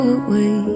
away